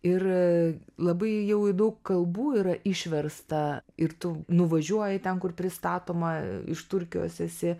ir labai jau į daug kalbų yra išversta ir tu nuvažiuoji ten kur pristatoma iš turkijos esi